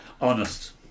Honest